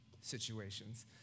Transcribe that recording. situations